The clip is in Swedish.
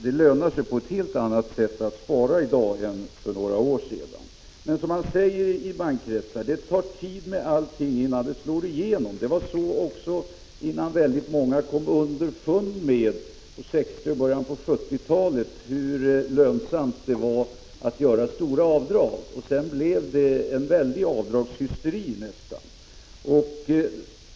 Det lönar sig på ett helt annat sätt att spara i dag än för några år sedan. Men som man säger i bankkretsar: Det tar tid med allting innan det slår igenom. Det var så också innan väldigt många på 1960-talet och i början av 1970-talet kom underfund med hur lönsamt det var att göra stora avdrag. Sedan blev det nästan en avdragshysteri.